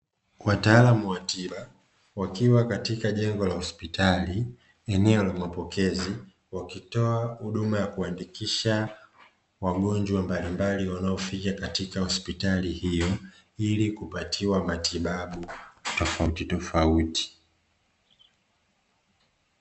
Wataalamu wa tiba, wakiwa katika jengo la hospitali eneo la mapokezi wakitoa huduma ya kuandikisha wagonjwa mbalimbali wanaofika katika hospitali hiyo ili kupatiwa matibabu tofautitofauti.